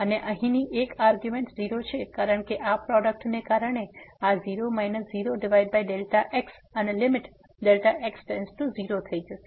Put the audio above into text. અને અહીંની એક આર્ગ્યુંમેન્ટ 0 છે કારણ કે આ પ્રોડક્ટ ને કારણે આ 0 0x અને લીમીટ x→0 થઈ જશે